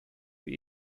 für